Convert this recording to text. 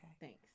Thanks